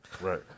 Right